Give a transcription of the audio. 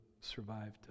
survived